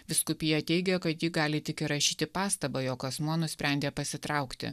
vyskupija teigia kad ji gali tik įrašyti pastabą jog asmuo nusprendė pasitraukti